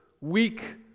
weak